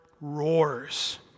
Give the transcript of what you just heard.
roars